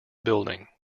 building